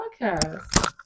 podcast